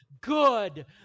good